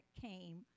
came